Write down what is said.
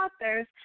authors